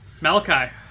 Malachi